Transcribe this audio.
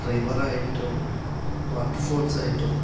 river ആയിട്ടും water falls ആയിട്ടും